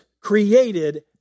created